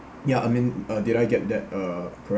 ya I mean uh did I get that uh correct